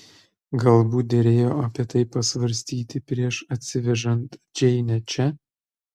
galbūt derėjo apie tai pasvarstyti prieš atsivežant džeinę čia